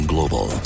Global